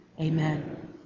Amen